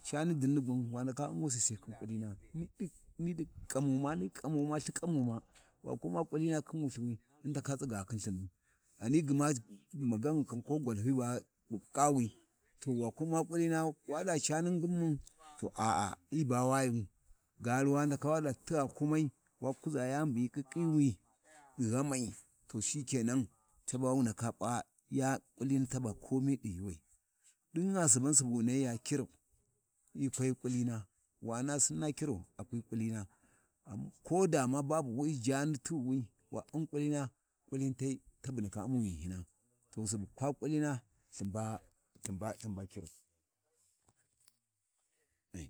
﻿Cani dinni gwan wa ndaka U’mmusi Sai khin ƙulina ɗin ni ɗi niɗi ƙamu ma Lthikamu ma wa ku U’mma ƙulini khin Wulthu wi, hyin ndaka tsiga khin Lthinu, ghani gma magan ko gwalfi ba bu ƙiƙƙiwi, to waku U'ma ƙulina, wa ɗa va cani ngin mun, to a,a, hyi ba wayu gali wa ndaka waɗa tigha kumai, wa kuʒa yani bu hyi ƙiƙƙiwi ɗi ghamai to shikenan, taba wu ndaka p’a, ƙulini taba komi ɗi yuuwau ɗinga Suban bu Wu nahyi ya girau hyi kwahyi ƙulina, wana Sinna kirau, hyi kwahyi ƙulina am kodama babu wi jani tighiwi wa U’nm ƙulina, ƙullinite, ta ɓu ndaka U’mmu ghinhyina, to Lthin Subu kwa ƙulina to Lthin ba Lthin ba kirau.